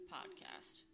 Podcast